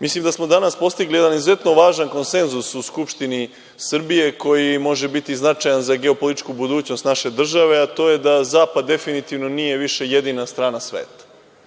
Mislim da smo danas postigli jedan izuzetno važan konsenzus u Skupštini Srbije koji može biti značajan za geopolitičku budućnost naše države, a to je da zapad definitivno nije više jedina strana sveta.